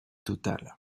totale